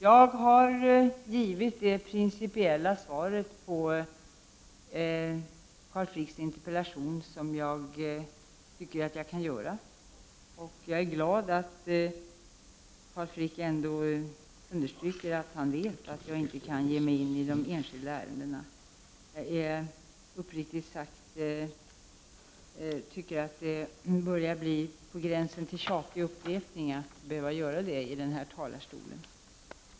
Jag har givit det principiella svar på Carls Fricks interpellation som jag tycker att jag kan ge. Jag är glad att Carl Frick ändå understryker att han vet att jag inte kan ge mig in i enskilda ärenden. Uppriktigt sagt tycker jag att det börjar bli på gränsen till tjatig upprepning att behöva påpeka det från denna talarstol.